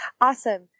Awesome